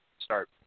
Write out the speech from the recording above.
start